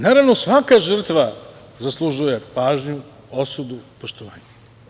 Naravno, svaka žrtva zaslužuje pažnju, osudu, poštovanje.